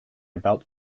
about